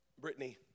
Brittany